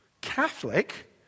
Catholic